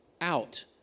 out